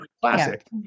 classic